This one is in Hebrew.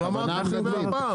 אבל אמרתי את זה 100 פעמים.